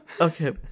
Okay